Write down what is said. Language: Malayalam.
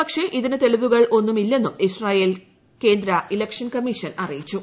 പക്ഷേ ഇതിന് തെളിവുകൾ ഒന്നും ഇല്ലെന്നും ഇസ്രയേൽ കേന്ദ്ര ഇലക്ഷൻ കമ്മീഷൻ അറിയിച്ചു